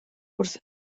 wrth